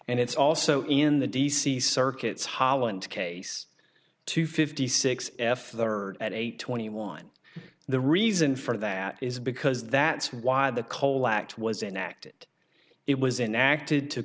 and it's also in the d c circuits hollande case two fifty six f there are at eight twenty one the reason for that is because that's why the coal act was enacted it was enacted to